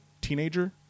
teenager